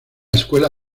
escuela